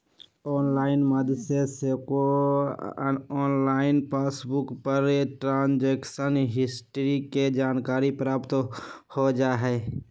online माध्यम से सेहो ऑनलाइन पासबुक पर ट्रांजैक्शन हिस्ट्री के जानकारी प्राप्त हो जाइ छइ